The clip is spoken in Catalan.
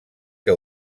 que